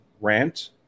rant